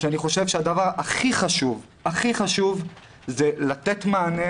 אני חושב שהדבר הכי חשוב הוא לתת מענה